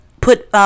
put